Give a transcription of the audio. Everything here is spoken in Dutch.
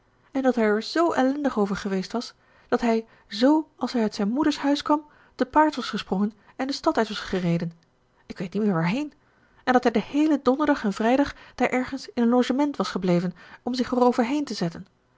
en dat hij er zoo ellendig over geweest was dat hij z als hij uit zijn moeders huis kwam te paard was gesprongen en de stad uit was gereden ik weet niet meer waarheen en dat hij den heelen donderdag en vrijdag daar ergens in een logement was gebleven om zich eroverheen te zetten